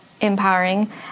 empowering